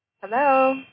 Hello